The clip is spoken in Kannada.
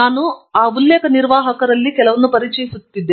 ನಾನು ಆ ಉಲ್ಲೇಖ ನಿರ್ವಾಹಕರಲ್ಲಿ ಕೆಲವನ್ನು ಪರಿಚಯಿಸುತ್ತಿದ್ದೇನೆ